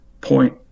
point